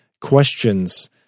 questions